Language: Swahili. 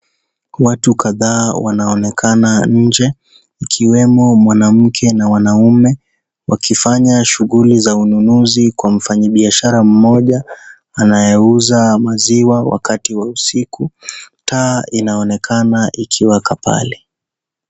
Watu kadhaa wanaonekana nje, wakiwemo mwanamke na wanaume, wakifanya shughuli za ununuzi kwa mfanyibiashara mmoja anayeuza maziwa wakati wa usiku. Taa inaonekana ikiwa inawaka pale.